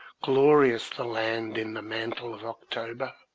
glorious the land in the mantle of october,